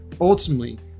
ultimately